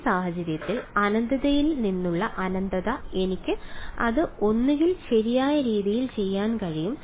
ഈ സാഹചര്യത്തിൽ അനന്തതയിൽ നിന്നുള്ള അനന്തത എനിക്ക് അത് ഒന്നുകിൽ ശരിയായ രീതിയിൽ ചെയ്യാൻ കഴിയും